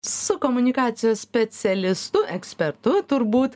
su komunikacijos specialistu ekspertu turbūt